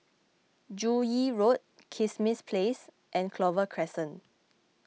Joo Yee Road Kismis Place and Clover Crescent